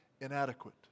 inadequate